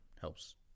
helps